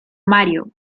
mario